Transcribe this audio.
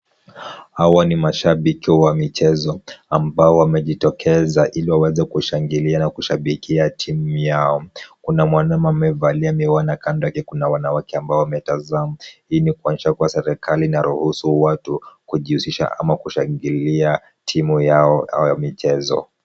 Hawa ni mashabiki wa michezo ambao wamejitokeza ili waweze kushangilia au kushabikia timu yao. Kuna mwanaume amevalia miwani na kando yake kuna wanawake ambao wametazama. Hii ni kuonyesha kuwa serikali inaruhusu watu kujihusisha au kushangilia timu yao ya michezo.